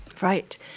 Right